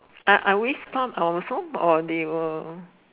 I I restart our song or they will